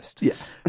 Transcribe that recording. Yes